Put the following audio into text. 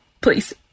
Please